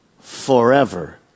forever